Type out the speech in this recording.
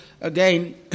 again